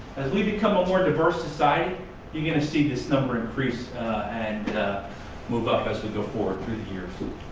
as we become a more diverse society you're going to see this number increase and move up as we go forward through the years.